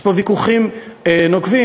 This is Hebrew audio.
יש פה ויכוחים נוקבים,